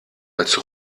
als